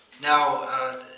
Now